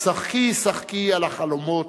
"שחקי, שחקי על החלומות,